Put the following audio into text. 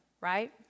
right